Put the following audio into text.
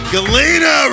Galena